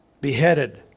beheaded